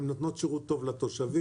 הן נותנות שירות טוב לתושבים,